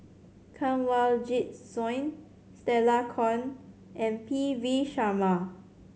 Kanwaljit Soin Stella Kon and P V Sharma